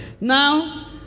Now